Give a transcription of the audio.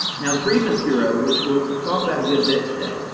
now the freedmen's bureau, which we'll talk about a good bit today,